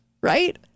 right